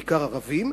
בעיקר ערבים,